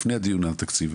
לפני דיון התקציב,